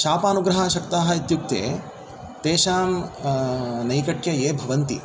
शापानुग्रहः शक्ताः इत्युक्ते तेषां नैकट्ये ये भवन्ति